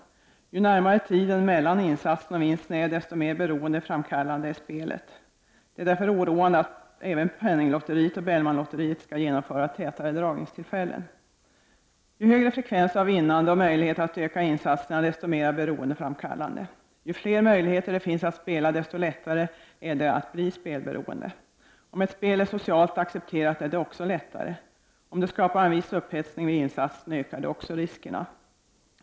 Ju närmare tiden mellan insatsen och vinsten är, desto mera beroendeframkallande är spelet. Det är därför oroande att även penninglotteriet och Bellmanlotteriet skall genomföra tätare dragningstillfällen. Ju högre frekvens av vinst och möjlighet att öka insatserna desto mera beroendeframkallande. Ju fler möjligheter det finns att spela desto lättare är det att bli spelberoende. Om ett spel är socialt accepterat är det också lättare. Om det skapar en viss upphetsning vid insatsen ökar det också riskerna.